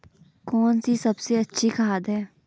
कौन सी सबसे अच्छी खाद है?